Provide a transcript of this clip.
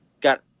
got